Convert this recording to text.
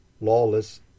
lawless